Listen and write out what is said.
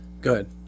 good